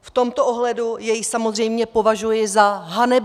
V tomto ohledu jej samozřejmě považuji za hanebný.